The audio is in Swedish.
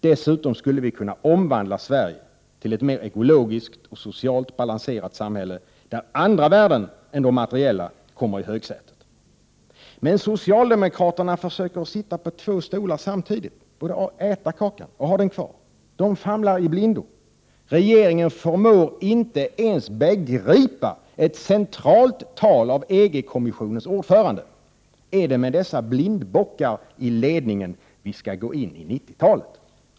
Dessutom skulle vi kunna omvandla Sverige till ett mera ekologiskt och socialt balanserat samhälle där andra värden än de materiella kommer i högsätet. Men socialdemokraterna försöker sitta på två stolar samtidigt och både äta kakan och ha den kvar. De famlar i blindo. Regeringen förmår inte ens begripa ett centralt tal av EG-kommissionens ordförande. Är det med dessa blindbockar i ledningen vi skall gå in i 90-talet?